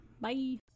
Bye